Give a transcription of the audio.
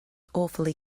awfully